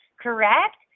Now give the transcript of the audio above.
correct